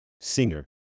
singer